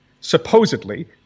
supposedly